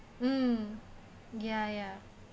hmm yeah yeah